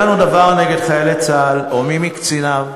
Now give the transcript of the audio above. או מי מקציניו.